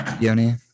Yoni